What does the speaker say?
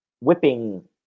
whipping